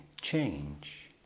change